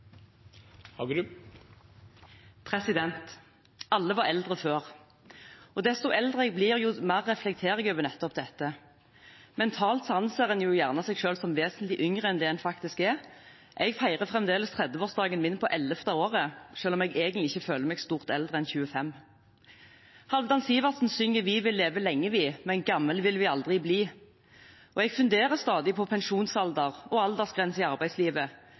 Alle var eldre før. Desto eldre jeg blir, jo mer reflekterer jeg over nettopp dette. Mentalt anser en gjerne seg selv som vesentlig yngre enn det en faktisk er. Jeg feirer fremdeles 30-årsdagen min, på ellevte året, selv om jeg egentlig ikke føler meg stort eldre enn 25. Halvdan Sivertsen synger: «Vi vil leve lenge vi. Men gammel vil vi aldri bli.» Jeg funderer stadig på pensjonsalder og aldersgrenser i arbeidslivet.